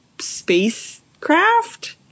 spacecraft